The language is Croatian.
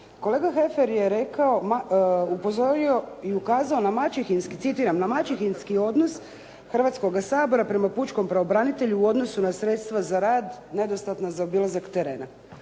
Kolega Heffer je rekao, upozorio i ukazao na maćehinski, citiram na maćehinski odnos Hrvatskoga sabora prema pučkom pravobranitelju u odnosu na sredstva za rad nedostatna za obilazak terena.